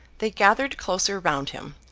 they gathered closer round him,